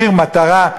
מחיר מטרה.